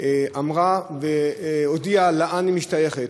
אמרה והודיעה לאן היא משתייכת.